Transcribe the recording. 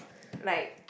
like